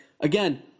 again